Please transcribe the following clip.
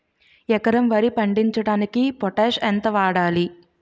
ఎకరం వరి పండించటానికి పొటాష్ ఎంత వాడాలి?